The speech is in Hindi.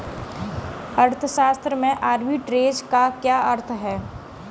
अर्थशास्त्र में आर्बिट्रेज का क्या अर्थ है?